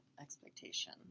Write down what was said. expectation